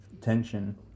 tension